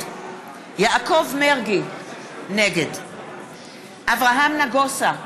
נגד יעקב מרגי, נגד אברהם נגוסה,